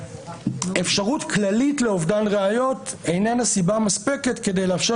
אפשרות כללית לאובדן ראיות איננה סיבה מספקת כדי לאפשר